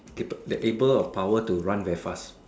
cape the able of the power to run very fast